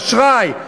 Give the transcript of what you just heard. אשראי,